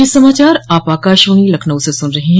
ब्रे क यह समाचार आप आकाशवाणी लखनऊ से सुन रहे हैं